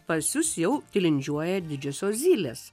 pas jus jau tilindžiuoja didžiosios zylės